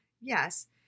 Yes